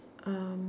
um